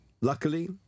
Luckily